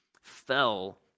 fell